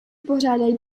pořádají